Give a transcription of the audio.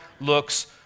looks